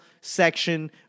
section